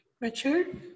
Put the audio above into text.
Richard